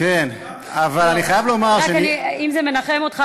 אם זה מנחם אותך,